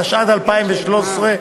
התשע"ד 2013,